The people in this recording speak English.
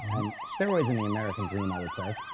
and steroids and the american dream i would say.